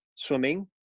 Swimming